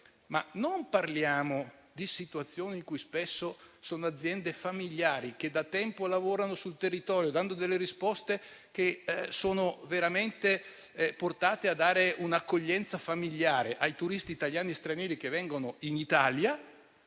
non parliamo però di situazioni in cui spesso ci sono aziende familiari che da tempo lavorano sul territorio, dando risposte che assicurano un'accoglienza familiare ai turisti italiani e stranieri che vengono in Italia.